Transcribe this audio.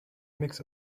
mix